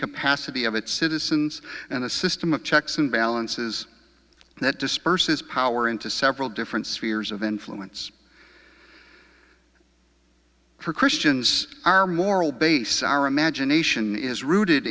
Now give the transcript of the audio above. capacity of its citizens and a system of checks and balances that disperses power into several different spheres of influence for christians our moral base our imagination is rooted